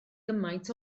gymaint